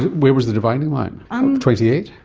where was the dividing line? um twenty eight?